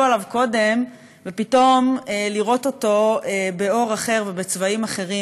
עליו קודם ופתאום לראות אותו באור אחר ובצבעים אחרים.